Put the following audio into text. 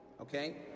okay